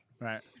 Right